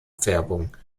färbung